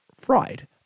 fried